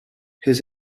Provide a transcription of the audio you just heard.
his